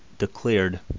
declared